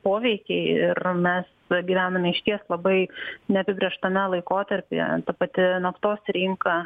poveikiai ir mes gyvename išties labai neapibrėžtame laikotarpyje ta pati naftos rinka